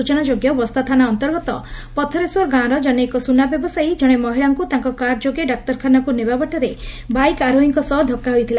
ସୂଚନାଯୋଗ୍ୟ ବସ୍ତା ଥାନା ଅନ୍ତର୍ଗତ ପଥରେଶ୍ୱର ଗାଁର ଜନୈକ ସୁନା ବ୍ୟବସାୟୀ ଜଣେ ମହିଳାଙ୍କୁ ତାଙ୍କ କାର୍ ଯୋଗେ ଡାକ୍ତରଖାନାକୁ ନେବା ବାଟରେ ବାଇକ୍ ଆରୋହୀଙ୍କ ସହ ଧକ୍କା ହୋଇଥିଲା